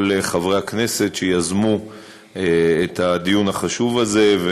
חברי הכנסת שיזמו את הדיון החשוב הזה,